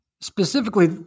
Specifically